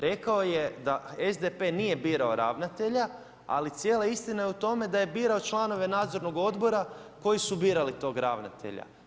Rekao je da SDP-e nije birao ravnatelja, ali cijela istina je u tome da je birao članove Nadzornog odbora koji su birali tog ravnatelja.